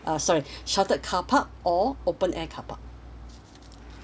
uh sorry shuttled carpark or open air carpark